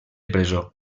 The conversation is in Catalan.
presó